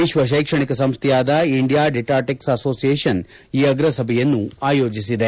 ವಿಶ್ವ ಕೈಕ್ಷಣಿಕ ಸಂಸ್ವೆಯಾದ ಇಂಡಿಯಾ ಡಿಡಾಡಿಕ್ ಅಸೋಸಿಯೇಶನ್ ಈ ಅಗ್ರ ಸಭೆಯನ್ನು ಆಯೋಜಿಸಿದೆ